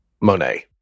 Monet